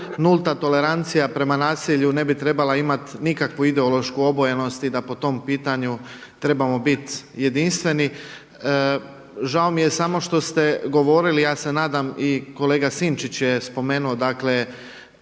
nulta tolerancija prema nasilju ne bi trebala imati nikakvu ideološku obojanost i da po tom pitanju trebamo biti jedinstveni. Žao mi je samo što ste govorili, ja se nadam i kolega Sinčić je spomenuo, dakle